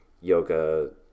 yoga